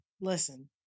Listen